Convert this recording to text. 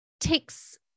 takes